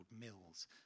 mills